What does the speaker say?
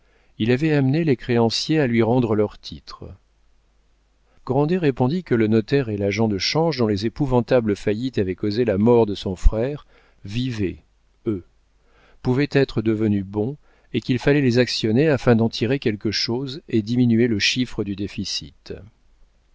il avait amené les créanciers à lui rendre leurs titres grandet répondit que le notaire et l'agent de change dont les épouvantables faillites avaient causé la mort de son frère vivaient eux pouvaient être devenus bons et qu'il fallait les actionner afin d'en tirer quelque chose et diminuer le chiffre du déficit